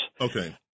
Okay